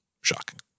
Shocking